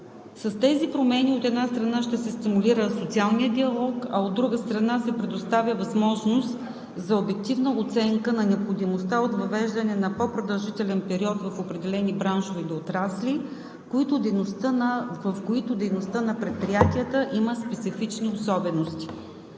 С тези промени, от една страна, ще се стимулира социалния диалог, от друга страна, се предоставя възможност за обективна оценка на необходимостта от въвеждане на по-продължителен период в определени браншове или отрасли, в които дейността на предприятията има специфични особености.